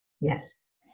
Yes